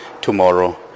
tomorrow